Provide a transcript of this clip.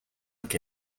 que